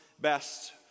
best